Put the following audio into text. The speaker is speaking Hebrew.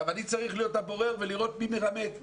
אני צריך להיות הבורר ולראות מי מרמה את מי,